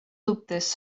dubtes